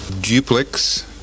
Duplex